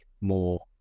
more